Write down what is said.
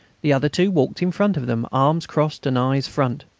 the other two walked in front of them, arms crossed and eyes front.